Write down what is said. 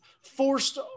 forced